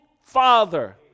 father